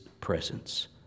presence